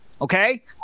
okay